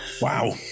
Wow